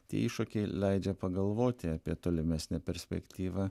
tie iššūkiai leidžia pagalvoti apie tolimesnę perspektyvą